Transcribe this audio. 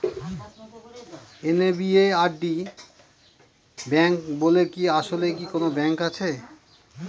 NABARD bank বলে কি আসলেই কোনো ব্যাংক আছে?